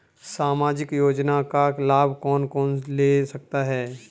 सामाजिक योजना का लाभ कौन कौन ले सकता है?